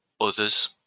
others